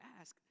ask